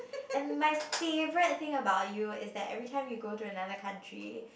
and my favourite thing about you is that every time you go to another country